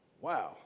Wow